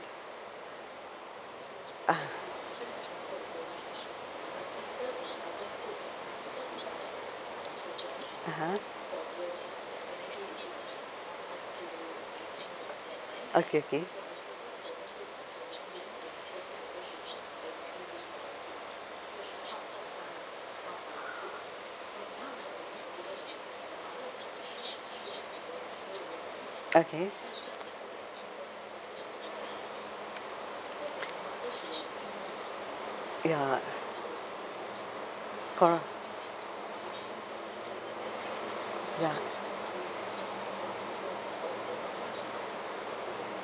ah (uh huh) okay okay okay ya cor~ ya